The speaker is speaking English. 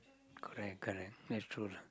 correct correct that's true lah